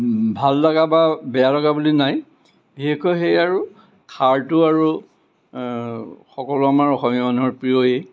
ভাল লগা বা বেয়া লগা বুলি নাই বিশেষকৈ সেয়ে আৰু খাৰটো আৰু সকলো আমাৰ অসমীয়া মানুহৰ প্ৰিয়য়েই